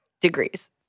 degrees